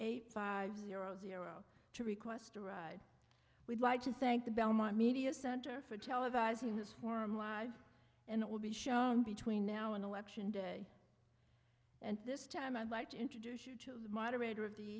eight five zero zero to request a ride we'd like to thank the belmont media center for televising this forum live and it will be shown between now and election day and at this time i'd like to introduce you to the moderator of the